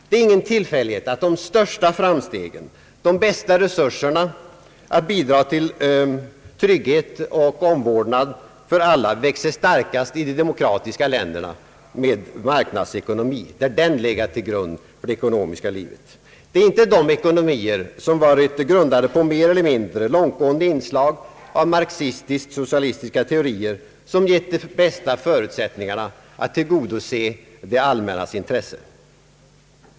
Det är ingen tillfällighet att de största ekonomiska framstegen, de bästa resurserna att bidra till trygghet och omvårdnad för alla växt sig starkast i de demokratiska länderna där marknadsekonomin legat till grund för det ekonomiska livet. Det är inte de ekonomier som varit grundade på mer eller mindre långtgående inslag av marxistisktsocialistiska teorier som gett de bästa förutsättningarna att tillgodose det allmännas intresse.